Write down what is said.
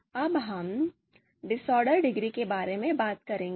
अब हम disorder degree के बारे में बात करेंगे